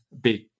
big